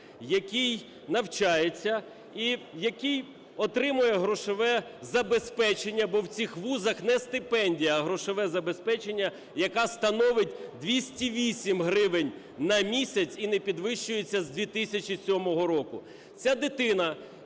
який навчається і який отримує грошове забезпечення, бо в цих вузах не стипендія, а грошове забезпечення, яка становить 208 гривень на місяць і не підвищується з 2007 року.